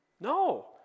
No